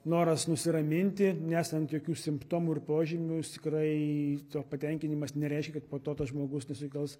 noras nusiraminti nesant jokių simptomų ir požymių skraito patenkinimas nereiškia kad po to tas žmogus nesukels